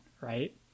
right